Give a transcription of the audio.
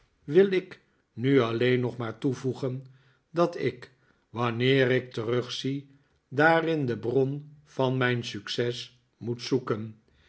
wil ik nu alleen nog maar toevoegen dat ik wanneer ik terugzie daarin de bron van mijn succes moet zoeken